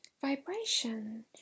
vibration